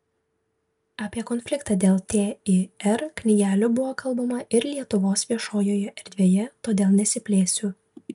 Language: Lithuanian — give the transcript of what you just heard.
apie konfliktą dėl tir knygelių buvo kalbama ir lietuvos viešojoje erdvėje todėl nesiplėsiu